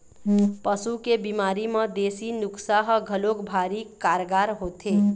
पशु के बिमारी म देसी नुक्सा ह घलोक भारी कारगार होथे